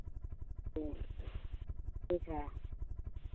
ठीक ठीक है